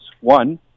One